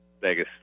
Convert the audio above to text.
Vegas